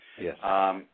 Yes